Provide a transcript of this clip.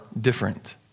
different